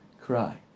cry